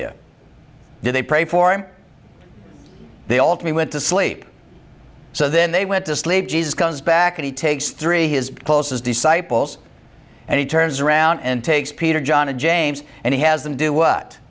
do they pray for him they all to me went to sleep so then they went to sleep jesus comes back and takes three his closest disciples and he turns around and takes peter john and james and he has them do what